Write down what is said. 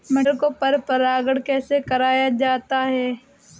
मटर को परागण कैसे कराया जाता है?